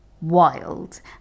wild